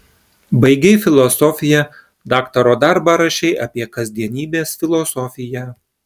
baigei filosofiją daktaro darbą rašei apie kasdienybės filosofiją